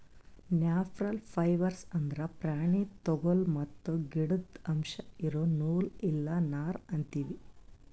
natural fibres ಅಂದ್ರ ಪ್ರಾಣಿ ತೊಗುಲ್ ಮತ್ತ್ ಗಿಡುದ್ ಅಂಶ್ ಇರೋ ನೂಲ್ ಇಲ್ಲ ನಾರ್ ಅಂತೀವಿ